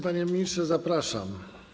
Panie ministrze, zapraszam.